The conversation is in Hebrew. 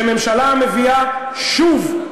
שהממשלה מביאה שוב,